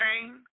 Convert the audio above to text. pain